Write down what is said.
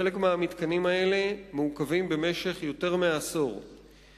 חלק מהמתקנים האלה מעוכבים במשך יותר מעשור,